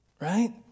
right